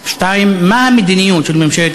2. מה המדיניות בעניין זה,